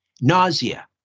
nausea